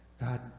God